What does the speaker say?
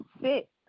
sit